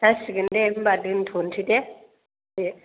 जासिगोन दे होनबा दोनथ'नोसै दे दे